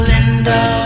Linda